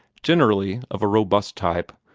generally of a robust type,